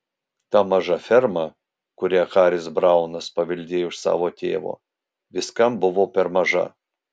ta maža ferma kurią haris braunas paveldėjo iš savo tėvo viskam buvo per maža